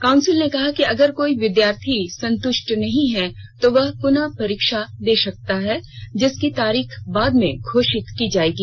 council ने कहा कि अगर कोई विद्यार्थी संतुष्ट नहीं है तो वह पुनः परीक्षा दे सकता है जिसकी तारीख बाद में घोषित की जाएगी